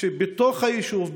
בתוך היישוב,